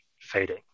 fading